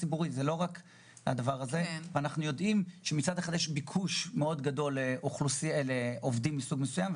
ואנחנו יודעים שמצד אחד יש ביקוש מאוד גדול לעובדים מסוג מסוים,